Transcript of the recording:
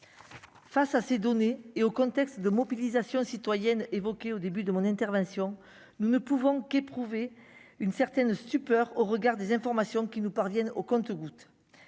Face à ces données et au contexte de mobilisation citoyenne évoqué au début de mon intervention, nous ne pouvons qu'éprouver une certaine stupeur au regard des informations qui nous parviennent au compte-gouttes,